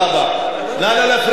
נא לא להפריע לסגן השר.